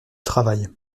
travail